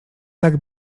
tak